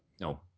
No